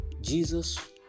jesus